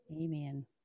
Amen